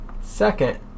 Second